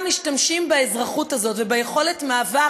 משתמשים באזרחות הזאת וביכולת המעבר